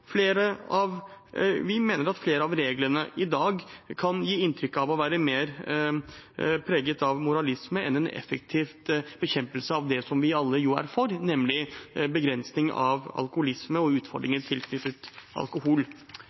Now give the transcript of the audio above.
Vi mener at flere av reglene i dag kan gi inntrykk av å være mer preget av moralisme enn effektiv bekjempelse av det vi jo alle er for, nemlig begrensning av alkoholisme og av utfordringer tilknyttet alkohol.